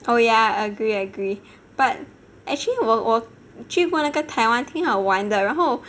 oh yeah I agree I agree but actually 我我去过那个台湾挺好玩的然后